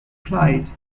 clyde